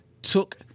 Took